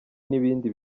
n’ibindi